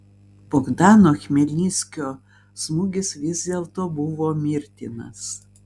bogdano chmelnickio smūgis vis dėlto buvo mirtinas